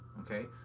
okay